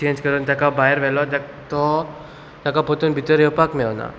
change करून ताका भायर व्हेलो ताका तो ताका परतून भितर येवपाक मेळना